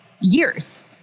years